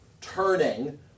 turning